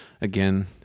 again